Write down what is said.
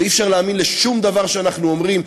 ואי-אפשר להאמין לשום דבר שאנחנו אומרים,